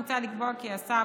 מוצע לקבוע כי השר,